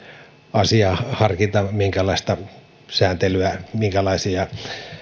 asia harkita minkälaista sääntelyä minkälaisia